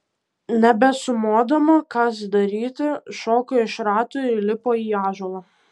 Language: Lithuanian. nebesumodama kas daryti šoko iš ratų ir įlipo į ąžuolą